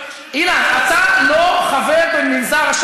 מלהיות המו"ל של העיתון הגדול במדינה,